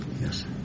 Yes